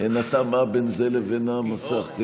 אין התאמה בין זה לבין המסך.